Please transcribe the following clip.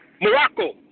Morocco